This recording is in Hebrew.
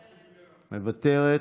מוותרת.